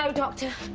um doctor.